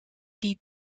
die